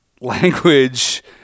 language